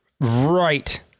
right